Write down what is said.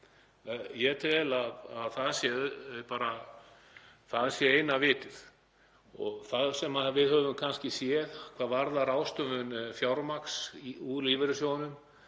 Ég tel að það sé bara eina vitið. Það sem við höfum kannski séð hvað varðar ráðstöfun fjármagns úr lífeyrissjóðunum,